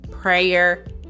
prayer